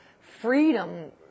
freedom